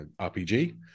RPG